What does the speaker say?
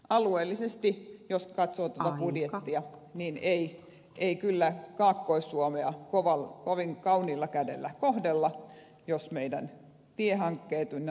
alueellisesti jos katsoo tätä budjettia niin ei kyllä kaakkois suomea kovin kauniilla kädellä kohdella jos meidän tiehankkeemme ynnä muuta